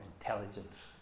intelligence